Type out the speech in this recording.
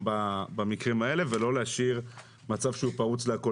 במקרים האלה ולא להשאיר מצב שהוא פרוץ לכל.